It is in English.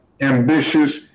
ambitious